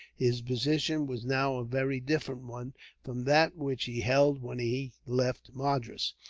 his position was now a very different one from that which he held when he left madras.